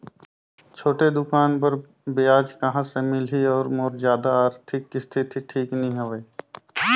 छोटे दुकान बर ब्याज कहा से मिल ही और मोर जादा आरथिक स्थिति ठीक नी हवे?